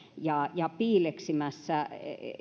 ja ja piileksimässä